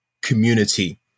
community